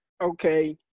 okay